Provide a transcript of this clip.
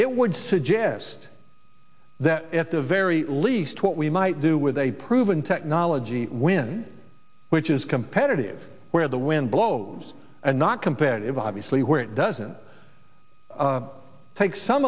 it would suggest that at the very least what we might do with a proven technology when which is competitive where the wind blows and not competitive obviously where it doesn't take some